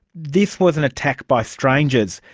this was an attack by strangers.